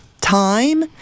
time